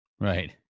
Right